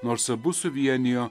nors abu suvienijo